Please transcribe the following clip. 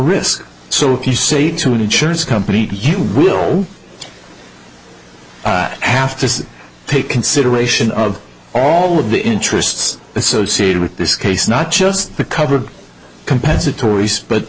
risk so if you say to insurance company you will have to take consideration of all of the interests associated with this case not just the covered compensatory